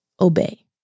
obey